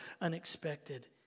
unexpected